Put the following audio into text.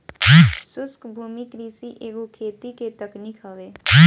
शुष्क भूमि कृषि एगो खेती के तकनीक हवे